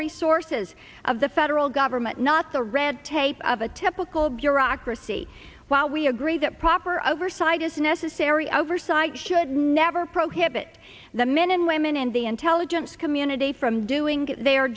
resources of the federal government not the red tape of a typical bureaucracy while we agree that proper oversight is necessary oversight should never prohibit the men and women in the intelligence community from doing their